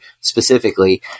specifically